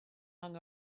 hung